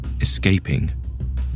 escaping